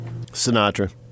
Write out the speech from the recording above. Sinatra